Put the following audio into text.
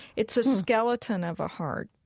it's a skeleton of a heart.